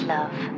Love